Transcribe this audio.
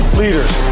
leaders